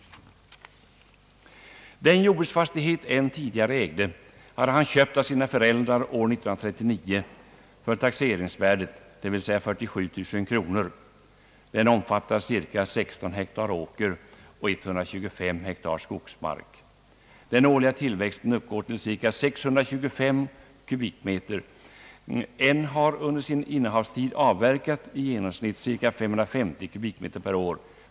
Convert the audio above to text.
Den jordbruksfastighet N tidigare ägde hade han köpt av sina föräldrar år 1939 för taxeringsvärdet, 47 000 kronor. Den omfattar cirka 16 hektar åker och 125 hektar skogsmark. Den årliga tillväxten uppgår till cirka 625 kubikmeter. N har under den tid han innehaft fastigheten avverkat i genomsnitt cirka 550 kubikmeter per år.